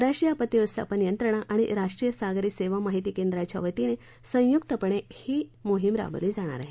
राष्ट्रीय आपत्ती व्यवस्थापन यंत्रणा आणि राष्ट्रीय सागरी सेवा माहिती केंद्राच्या वतीन संयुक्तपणे ही मोहीम राबवली जाणार आहे